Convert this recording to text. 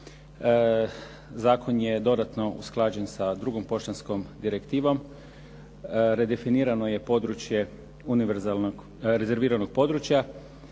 zakon je dodatno usklađen sa drugom poštanskom direktivom, redefinirano je područje univerzalnog rezerviranog područja